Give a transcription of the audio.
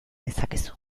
dezakezu